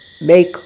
make